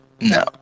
No